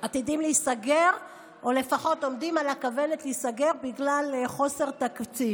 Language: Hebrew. עתידים להיסגר או לפחות עומדים על הכוונת להיסגר בגלל חוסר תקציב.